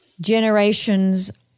generations